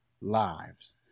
lives